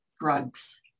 drugs